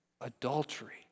Adultery